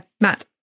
Matt